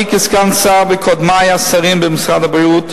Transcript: אני כסגן שר וקודמי השרים במשרד הבריאות,